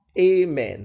Amen